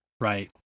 Right